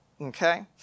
Okay